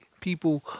people